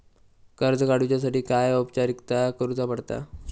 कर्ज काडुच्यासाठी काय औपचारिकता करुचा पडता?